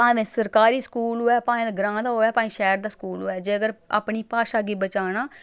भाएं सरकारी स्कूल होऐ भाएं दे ग्रांऽ दा होऐ भाएं शैह्र दा स्कूल होऐ जेकर अपनी भाशा गी बचाना